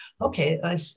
okay